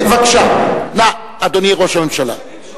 בבקשה, אדוני ראש הממשלה.